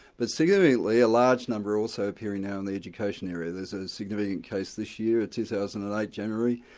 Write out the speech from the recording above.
but significantly a large number are also appearing now in the education area. there's a significant case this year, in two thousand and eight, january,